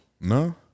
No